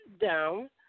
down